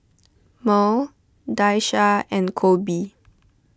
Mearl Daisha and Kolby